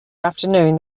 afternoon